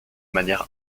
manière